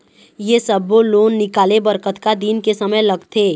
ये सब्बो लोन निकाले बर कतका दिन के समय लगथे?